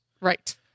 right